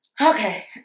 Okay